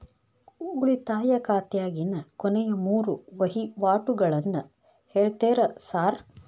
ಉಳಿತಾಯ ಖಾತ್ಯಾಗಿನ ಕೊನೆಯ ಮೂರು ವಹಿವಾಟುಗಳನ್ನ ಹೇಳ್ತೇರ ಸಾರ್?